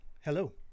Hello